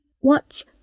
Watch